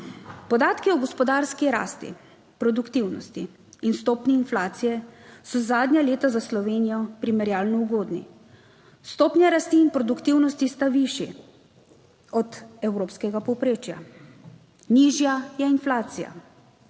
Podatki o gospodarski rasti, produktivnosti in stopnji inflacije so zadnja leta za Slovenijo primerjalno ugodni, stopnja rasti in produktivnosti sta višji od evropskega povprečja, nižja je inflacija.